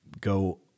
go